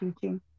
teaching